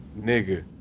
nigga